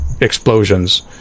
explosions